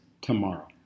tomorrow